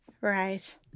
Right